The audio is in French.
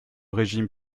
régime